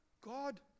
God